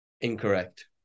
Incorrect